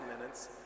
minutes